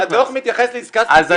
אבל הדו"ח מתייחס לעסקה ספציפית,